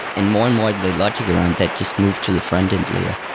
and more and more logic around that just moved to the frontend layer.